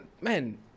man